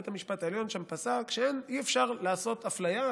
בית המשפט העליון שם פסק שאי-אפשר לעשות אפליה,